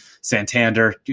Santander